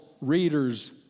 readers